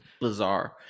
Bizarre